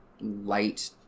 light